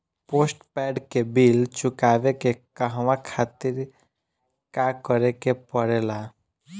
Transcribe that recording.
Postpaid के bill चुकावे के कहवा खातिर का करे के पड़ें ला?